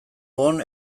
bon